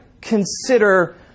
Consider